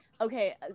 Okay